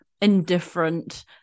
indifferent